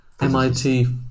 MIT